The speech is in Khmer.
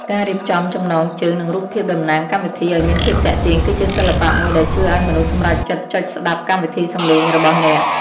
ការរៀបចំចំណងជើង និងរូបភាពតំណាងកម្មវិធីឱ្យមានភាពទាក់ទាញគឺជាសិល្បៈមួយដែលជួយឱ្យមនុស្សសម្រេចចិត្តចុចស្តាប់កម្មវិធីសំឡេងរបស់អ្នក។